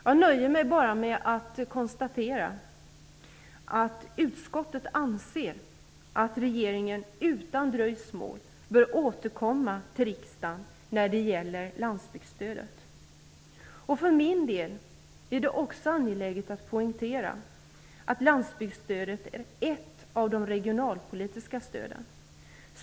Jag nöjer mig bara med att konstatera att utskottet anser att regeringen utan dröjsmål bör återkomma till riksdagen när det gäller landsbygdsstödet. För min del är det också angeläget att poängtera att landssbygdsstödet är ett av de regionalpolitiska stöden.